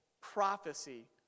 prophecy